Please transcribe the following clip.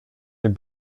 dem